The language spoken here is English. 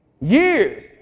years